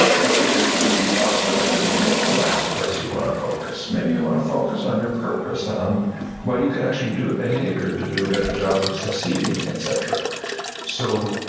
well, these are goofy thoughts already. maybe that's the last place you wanna focus. maybe you wanna focus on your purpose and what you can actually do with behavior to do a better job of succeeding, etcetera. so,